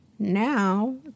Now